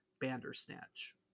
Bandersnatch